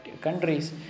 countries